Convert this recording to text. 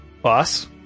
boss